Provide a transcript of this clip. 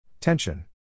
Tension